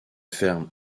ferme